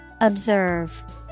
Observe